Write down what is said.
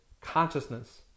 consciousness